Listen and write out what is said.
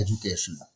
education